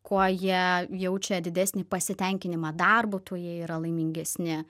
kuo jie jaučia didesnį pasitenkinimą darbu tuo jie yra laimingesni